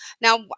Now